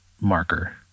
marker